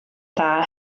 dda